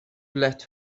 let